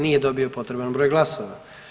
Nije dobio potreban broj glasova.